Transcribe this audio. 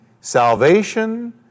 salvation